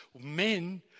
men